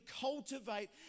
cultivate